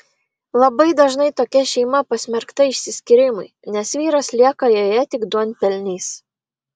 labai dažnai tokia šeima pasmerkta išsiskyrimui nes vyras lieka joje tik duonpelnys